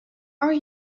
are